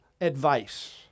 Advice